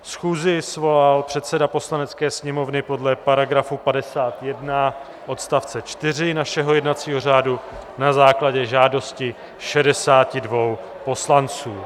Schůzi svolal předseda Poslanecké sněmovny podle § 51 odst. 4 našeho jednacího řádu na základě žádosti 62 poslanců.